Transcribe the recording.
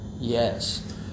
Yes